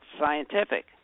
scientific